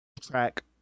track